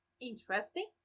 interesting